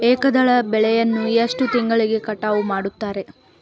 ಏಕದಳ ಬೆಳೆಯನ್ನು ಎಷ್ಟು ತಿಂಗಳಿಗೆ ಕಟಾವು ಮಾಡುತ್ತಾರೆ?